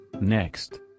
Next